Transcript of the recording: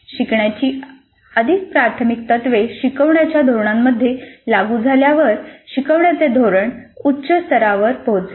शिकवण्याची अधिक प्राथमिक तत्त्वे शिकवण्याच्या धोरणामध्ये लागू झाल्यावर शिकवण्याचे धोरण उच्च स्तरावर पोहचेल